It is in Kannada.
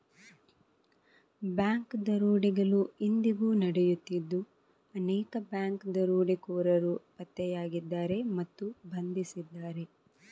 ಬ್ಯಾಂಕ್ ದರೋಡೆಗಳು ಇಂದಿಗೂ ನಡೆಯುತ್ತಿದ್ದು ಅನೇಕ ಬ್ಯಾಂಕ್ ದರೋಡೆಕೋರರು ಪತ್ತೆಯಾಗಿದ್ದಾರೆ ಮತ್ತು ಬಂಧಿಸಿದ್ದಾರೆ